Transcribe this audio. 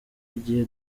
igihe